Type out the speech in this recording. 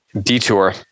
detour